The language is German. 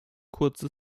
kurze